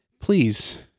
Please